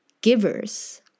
givers